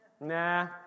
nah